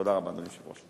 תודה רבה, אדוני היושב-ראש.